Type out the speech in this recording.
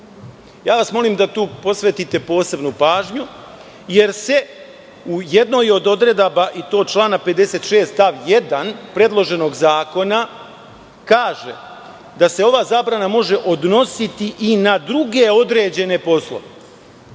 vas da tu posvetite posebnu pažnju, jer se u jednoj od odredaba i to člana 56. stav 1. predloženog zakona kaže da se ova zabrana može odnositi i na druge određene